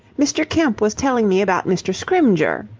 mr. kemp was telling me about mr. scrymgeour,